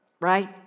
right